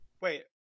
Wait